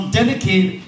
dedicated